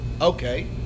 okay